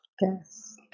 Yes